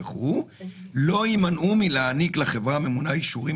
"והן לא יימנעו מלהעניק לחברה הממונה אישורים